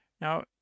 now